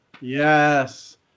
Yes